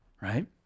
right